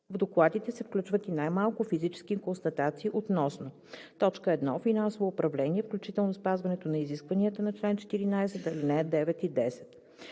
„В докладите се включват и най-малко фактически констатации относно: 1. финансово управление, включително спазването на изискванията на чл. 14, ал. 9 и 10;